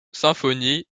symphonie